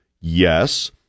Yes